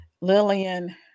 Lillian